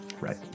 Right